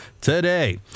today